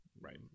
Right